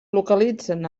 localitzen